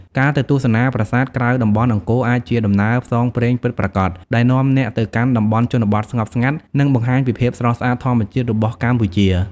ការទៅទស្សនាប្រាសាទក្រៅតំបន់អង្គរអាចជាដំណើរផ្សងព្រេងពិតប្រាកដ ដែលនាំអ្នកទៅកាន់តំបន់ជនបទស្ងប់ស្ងាត់ និងបង្ហាញពីភាពស្រស់ស្អាតធម្មជាតិរបស់កម្ពុជា។